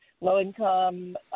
low-income